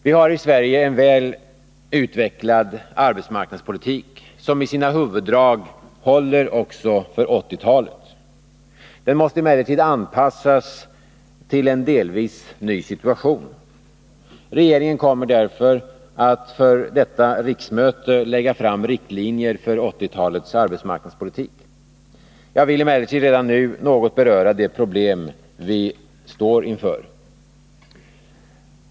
Vi har i Sverige en väl utvecklad arbetsmarknadspolitik, som i sina huvuddrag håller också inför 1980-talet. Den måste emellertid anpassas till en delvis ny situation. Regeringen kommer därför att under detta riksmöte lägga fram riktlinjer för 1980-talets arbetsmarknadspolitik. Jag vill emellertid redan nu något beröra de problem vi står inför.